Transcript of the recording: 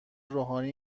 روحانی